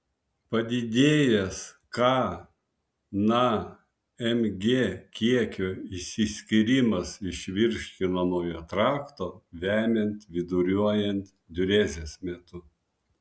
padidėjęs k na mg kiekio išsiskyrimas iš virškinimo trakto vemiant viduriuojant diurezės metu